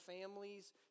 families